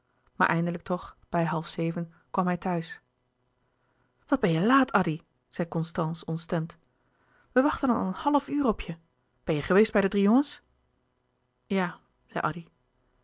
maar eindelijk toch bij half zeven kwam hij thuis wat ben je laat addy zei constance ontstemd we wachten al een half uur op je ben je geweest bij de drie jongens ja